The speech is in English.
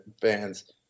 fans